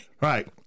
right